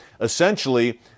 essentially